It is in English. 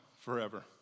forever